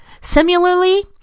Similarly